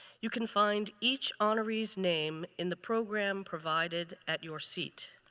you can find each honoree's name in the program provided at your seat.